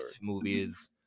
movies